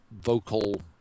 vocal